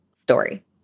story